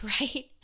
right